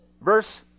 Verse